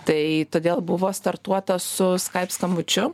tai todėl buvo startuota su skype skambučiu